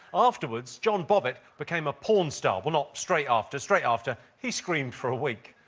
afterwards, john bobbitt became a porn star. well, not straight after. straight after, he screamed for a week.